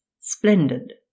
splendid